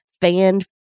fan